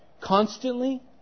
constantly